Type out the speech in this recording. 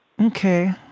Okay